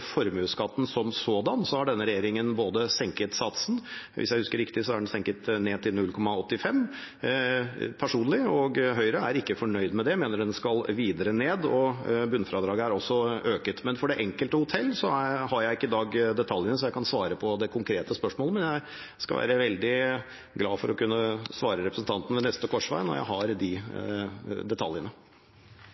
formuesskatten som sådan, har denne regjeringen senket satsen. Hvis jeg husker riktig, er den senket til 0,85 pst. Jeg personlig og Høyre er ikke fornøyd med det, og mener den skal videre ned. Bunnfradraget er også økt. Men for det enkelte hotell har jeg ikke i dag detaljene så jeg kan svare på det konkrete spørsmålet, men jeg skal være veldig glad for å kunne svare representanten ved neste korsvei, når jeg har de detaljene.